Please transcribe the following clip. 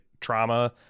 trauma